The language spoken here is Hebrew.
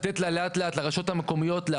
שוב, האחריות יכולה